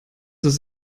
ist